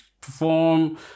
perform